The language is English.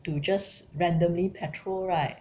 to just randomly patrol right